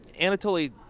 Anatoly